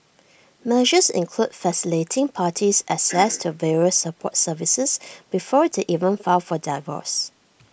measures include facilitating parties access to various support services before they even file for divorce